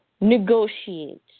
Negotiate